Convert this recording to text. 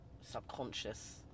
subconscious